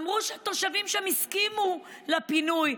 אמרו שהתושבים שם הסכימו לפינוי.